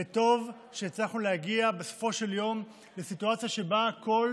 וטוב שהצלחנו להגיע בסופו של יום לסיטואציה שבה כל